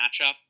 matchup